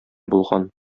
булган